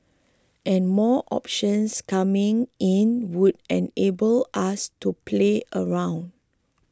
and more options coming in would enable us to play around